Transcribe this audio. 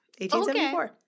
1874